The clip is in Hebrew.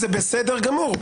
זה בסדר גמור,